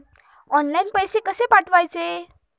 Online पैसे कशे पाठवचे?